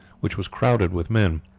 which was crowded with men.